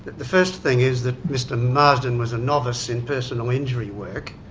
the first thing is that mr marsden was a novice in personal injury work.